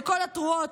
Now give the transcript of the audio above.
לקול התרועות,